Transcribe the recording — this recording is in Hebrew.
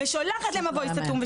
ושולחת למבוי סתום,